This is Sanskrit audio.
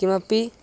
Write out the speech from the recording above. किमपि